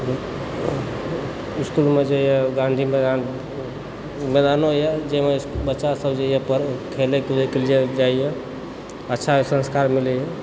इसकुलमे जे यऽ गाँधी मैदान मैदानो यऽ जाहिमे बच्चा सब जे यऽ खेलए कुदएके जाइए अच्छा संस्कार मिलैए